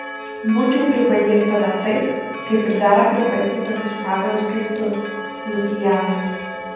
būčiau pribaigęs tave taip kaip ir dera pribaigti tokius padarus kaip tu lukianai